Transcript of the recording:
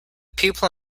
pupil